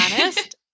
honest